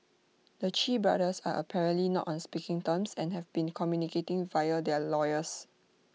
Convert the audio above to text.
the Chee brothers are apparently not on speaking terms and have been communicating via their lawyers